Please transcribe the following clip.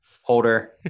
holder